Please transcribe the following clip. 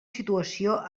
situació